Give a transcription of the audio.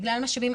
בגלל משאבים,